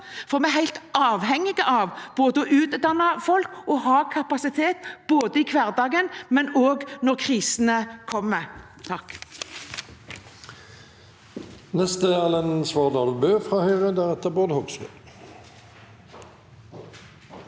opp. Vi er helt avhengig av både å utdanne folk og å ha kapasitet både i hverdagen og også når krisene kommer.